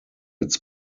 its